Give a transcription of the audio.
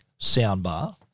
soundbar